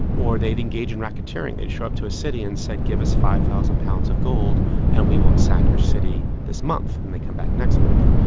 or they'd engage in racketeering, they'd show up to a city and say, give us five thousand pounds of gold and we won't sack your city this month and then they'd come back next month.